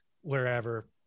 wherever